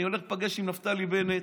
אני הולך להיפגש עם נפתלי בנט,